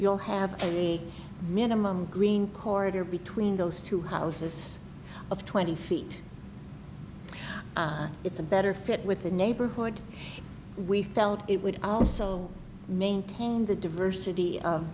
you'll have a minimum green corridor between those two houses of twenty feet it's a better fit with the neighborhood we felt it would also maintain the diversity of